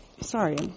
sorry